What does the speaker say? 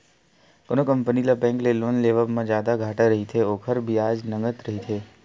कोनो कंपनी ल बेंक ले लोन लेवब म जादा घाटा रहिथे, ओखर बियाज नँगत रहिथे